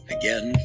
again